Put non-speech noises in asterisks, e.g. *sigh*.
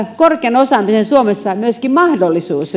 *unintelligible* korkea osaaminen suomessa on myöskin mahdollisuus *unintelligible*